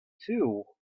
too